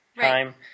time